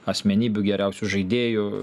asmenybių geriausių žaidėjų